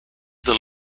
the